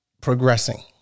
progressing